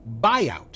buyout